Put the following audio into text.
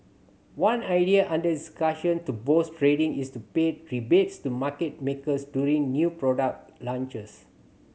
one idea under discussion to boost trading is to pay rebates to market makers during new product launches